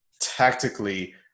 tactically